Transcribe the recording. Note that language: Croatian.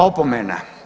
Opomena.